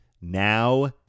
now